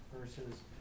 versus